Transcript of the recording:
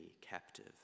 captive